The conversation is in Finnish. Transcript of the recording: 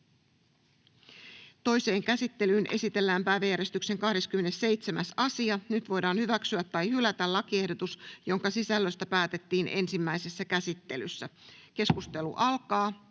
Toiseen käsittelyyn esitellään päiväjärjestyksen 10. asia. Nyt voidaan hyväksyä tai hylätä lakiehdotus, jonka sisällöstä päätettiin ensimmäisessä käsittelyssä. — Keskustelu alkaa.